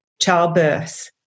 childbirth